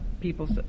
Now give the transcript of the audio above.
people